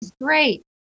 Great